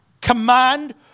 command